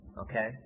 Okay